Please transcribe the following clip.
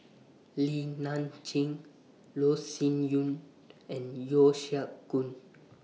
Li Nanxing Loh Sin Yun and Yeo Siak Goon